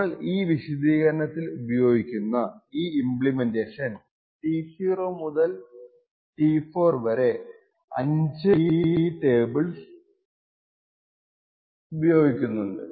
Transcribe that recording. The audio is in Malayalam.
നമ്മൾ ഈ വിശദീകരണത്തിൽ ഉപയോഗിക്കുന്ന ഈ ഇമ്പ്ലിമെൻറ്റേഷൻ T0 മുതൽ T4 വരെ 5 T ടേബിൾസ് ഉപയോഗിക്കുന്നുണ്ട്